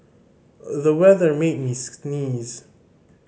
the weather made me sneeze